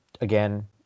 again